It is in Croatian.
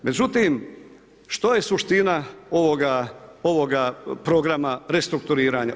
Međutim što je suština ovoga programa restrukturiranja?